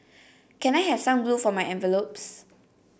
can I have some glue for my envelopes